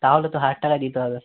তাহলে তো হাজার টাকা দিতে হবে